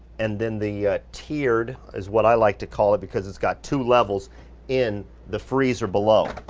and then the tiered is what i like to call it because it's got two levels in the freezer below.